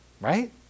right